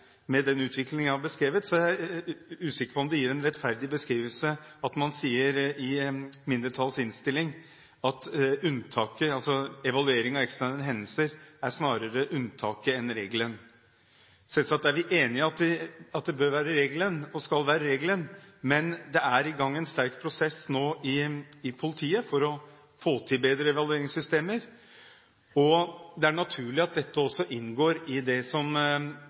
med den utviklingen jeg har beskrevet, er jeg usikker på om det gir en rettferdig beskrivelse at man i mindretallets innstilling sier at evaluering av ekstraordinære hendelser snarere er unntaket enn regelen. Selvsagt er vi enige i at det bør være regelen, og skal være regelen, men det er nå i gang en sterk prosess i politiet for å få til bedre evalueringssystemer. Det er naturlig at dette også inngår i det som